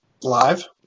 Live